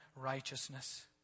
righteousness